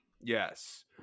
Yes